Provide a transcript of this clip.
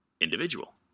individual